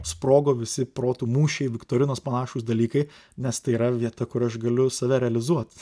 sprogo visi protų mūšiai viktorinos panašūs dalykai nes tai yra vieta kur aš galiu save realizuot